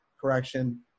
correction